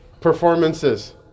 performances